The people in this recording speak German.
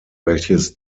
welches